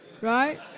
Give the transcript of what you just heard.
Right